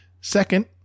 Second